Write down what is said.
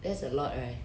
that's a lot right